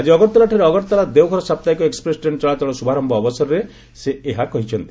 ଆକି ଅଗରତାଲାଠାରେ ଅଗରତାଲା ଦେଓଘର ସାପ୍ତାହିକ ଏକ୍କପ୍ରେସ୍ ଟ୍ରେନ୍ ଚଳାଚଳର ଶୁଭାରମ୍ଭ ଅବସରରେ ସେ ଏହା କହିଛନ୍ତି